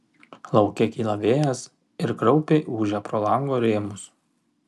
lauke kyla vėjas ir kraupiai ūžia pro lango rėmus